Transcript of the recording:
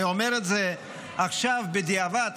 אני אומר את זה עכשיו בדיעבד,